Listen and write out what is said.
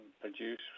produce